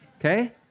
okay